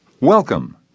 Welcome